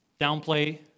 downplay